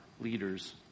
leader's